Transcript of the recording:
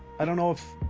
i don't know if.